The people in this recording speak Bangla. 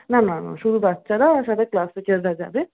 না না না শুধু বাচ্চারা সাথে ক্লাস টিচাররা যাবে